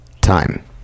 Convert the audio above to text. time